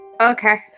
okay